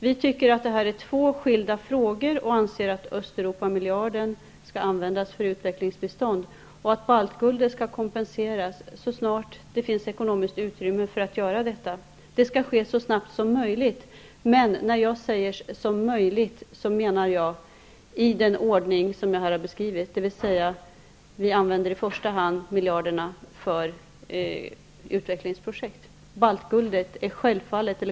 Vi tycker att det är två skilda frågor och anser att Östeuropamiljarden skall användas för utvecklingsbistånd och baltguldet skall kompenseras så snart som det finns ekonomiskt utrymme för detta. Det skall ske så snabbt som möjligt, men då menar jag i den ordning som jag här har beskrivit, dvs. att miljarden i första hand skall användas för utvecklingsprojekt.